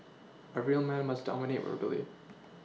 a real man must dominate verbally